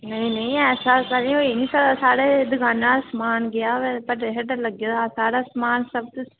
नेईं नेईं ऐसा कदें होई नी सकदा साढ़े दकाना समान गेआ होवै ते पड्डरा शड्ढरा लग्गे दा होऐ साढ़ा सामान सबतु